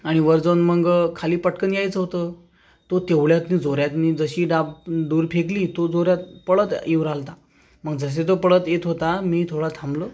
आणि वर जाऊन मग खाली पट्कन यायचं होतं तो तेवढ्यात जोरानं जशी डाब दूर फेकली तो जोऱ्यात पळत येऊन राहिल तर मग जसे तो पळत येत होता मी थोडा थांबलो